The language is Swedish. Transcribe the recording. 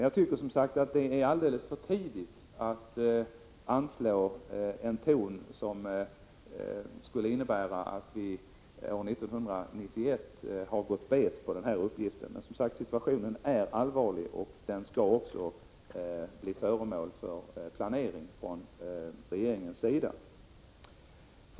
Jag tycker alltså att det är alldeles för tidigt att redan nu anslå en ton som tyder på att man utgår från att vi 1991 skulle ha gått bet på denna uppgift. Men situationen är allvarlig, och den skall också bli föremål för åtgärder från regeringens sida.